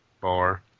bar